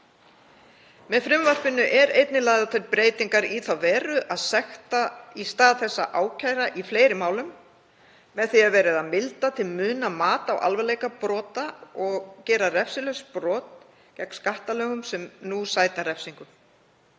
Með frumvarpinu eru einnig lagðar til breytingar í þá veru að sekta í stað þess að ákæra í fleiri málum. Með því er verið að milda til muna mat á alvarleika brota og gera refsilaus brot gegn skattalögum sem nú sæta refsingum.